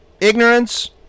ignorance